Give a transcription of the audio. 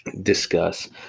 discuss